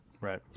Right